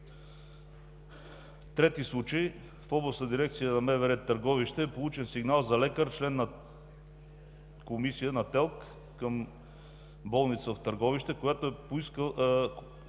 Трети случай. В Областна дирекция на МВР – Търговище, е получен сигнал за лекар – член на ТЕЛК към болница в Търговище, който е поискал